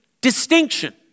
distinction